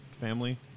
family